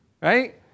Right